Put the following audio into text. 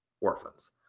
orphans